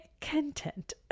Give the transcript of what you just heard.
content